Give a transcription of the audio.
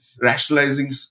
rationalizing